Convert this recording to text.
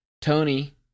Tony